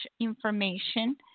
information